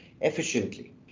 efficiently